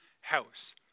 house